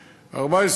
יִוָּשֵׁעַ".